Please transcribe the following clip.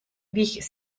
wich